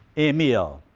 emile.